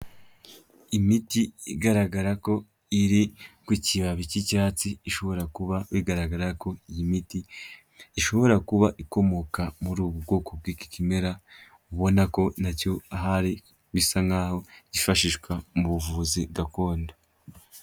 Imiti igaragara ko iri ku kibabi k'icyatsi, ishobora kuba bigaragara ko iyi miti ishobora kuba ikomoka muri ubu bwoko bw'ikimera, ubona ko na cyo ahari bisa nk'aho kifashishwa mu buvuzi gakondo.